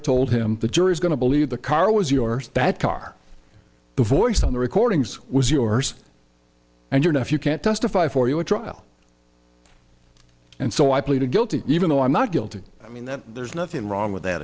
told him the jury's going to believe the car was yours that car the voice on the recordings was yours and your nephew can't testify for you at trial and so i pleaded guilty even though i'm not guilty i mean that there's nothing wrong with that